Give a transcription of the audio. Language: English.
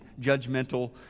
judgmental